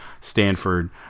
Stanford